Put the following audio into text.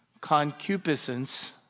concupiscence